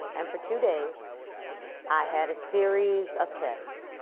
and for two days i had a series of tests.